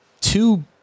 two